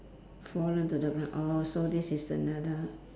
fallen to the ground orh so this is another